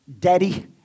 daddy